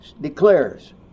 declares